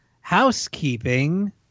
housekeeping